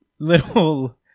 little